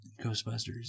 Ghostbusters